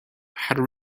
had